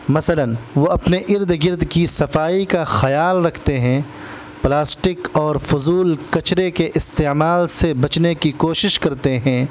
مثلاً وہ اپنے ارد گرد کی صفائی کا خیال رکھتے ہیں پلاسٹک اور فضول کچرے کے استعمال سے بچنے کی کوشش کرتے ہیں